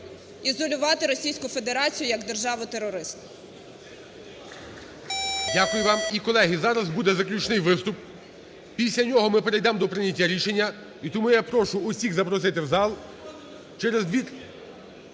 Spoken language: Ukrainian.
ізолювати Російську Федерацію як державу-терориста.